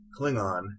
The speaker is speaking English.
Klingon